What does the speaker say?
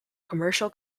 commercial